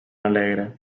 alegre